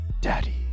Daddy